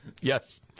Yes